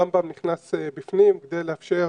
רמב"ם נכנס בפנים כדי לאפשר